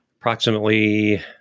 approximately